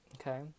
okay